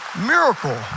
miracle